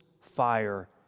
fire